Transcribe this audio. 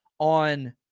on